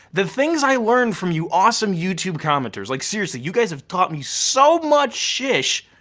the things i learn from you awesome youtube commenters. like seriously, you guys have taught me so much shish,